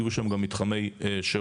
יהיו שם גם מתחמי שירות.